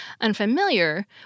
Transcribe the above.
unfamiliar